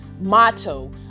motto